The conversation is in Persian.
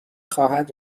خواهد